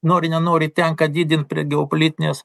nori nenori tenka didint prie geopolitinės